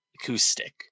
acoustic